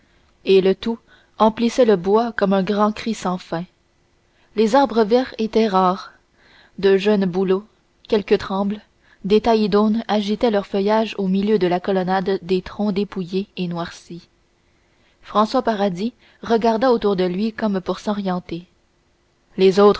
et le tout emplissait le bois comme un grand cri sans fin les arbres verts étaient rares de jeunes bouleaux quelques trembles des taillis d'aunes agitaient leur feuillage au milieu de la colonnade des troncs dépouillés et noircis françois paradis regarda autour de lui comme pour s'orienter les autres